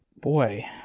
boy